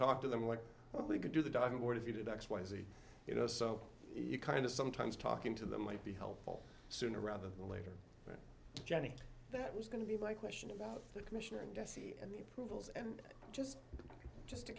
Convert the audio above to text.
talk to them like we could do the diving board if you did x y z you know so you kind of sometimes talking to them might be helpful sooner rather than later jenny that was going to be my question about the commission and jessie and the approvals and just just to